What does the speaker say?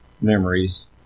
memories